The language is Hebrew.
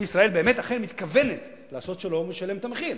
אם ישראל באמת אכן מתכוונת לעשות שלום ולשלם את המחיר,